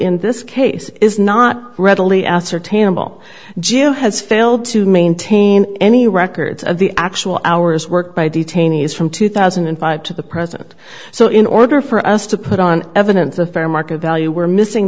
in this case is not readily ascertainable jim has failed to maintain any records of the actual hours worked by detainees from two thousand and five to the present so in order for us to put on evidence a fair market value we're missing